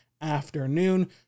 afternoon